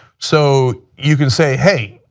so you can say hey,